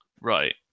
Right